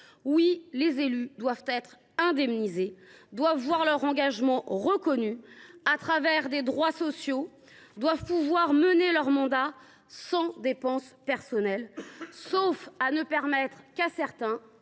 Oui, les élus doivent être indemnisés, doivent voir leur engagement reconnu par des droits sociaux, doivent pouvoir mener leur mandat sans engager des dépenses personnelles, sauf à ne permettre qu’à certains,